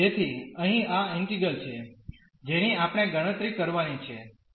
તેથી અહીં આ ઇન્ટીગ્રલ છે જેની આપણે ગણતરી કરવાની છે હવે